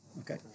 Okay